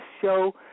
show